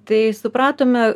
tai supratome